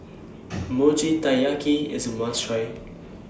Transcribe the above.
Mochi Taiyaki IS A must Try